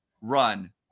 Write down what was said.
run